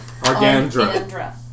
Argandra